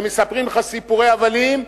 ומספרים לך סיפורי הבלים,